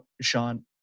Sean